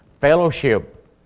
Fellowship